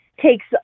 takes